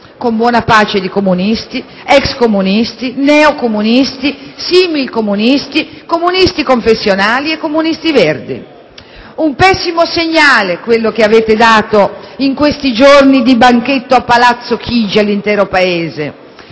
Con buona pace di comunisti, ex comunisti, neocomunisti, similcomunisti, comunisti confessionali e comunisti verdi. Un pessimo segnale quello che avete dato in questi giorni di banchetto a Palazzo Chigi. Il Ministro del